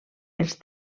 els